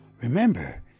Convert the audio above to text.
remember